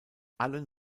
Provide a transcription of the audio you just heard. allen